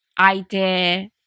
idea